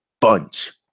bunch